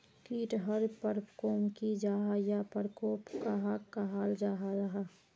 कीट टर परकोप की जाहा या परकोप कहाक कहाल जाहा जाहा?